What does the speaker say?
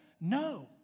No